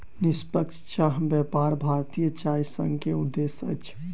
निष्पक्ष चाह व्यापार भारतीय चाय संघ के उद्देश्य अछि